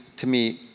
to me,